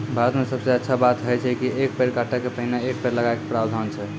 भारत मॅ सबसॅ अच्छा बात है छै कि एक पेड़ काटै के पहिने एक पेड़ लगाय के प्रावधान छै